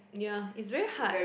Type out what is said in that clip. ya it's very hard